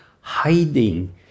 hiding